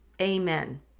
Amen